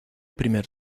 primer